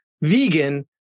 vegan